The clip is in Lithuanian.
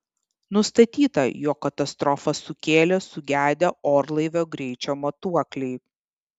nustatyta jog katastrofą sukėlė sugedę orlaivio greičio matuokliai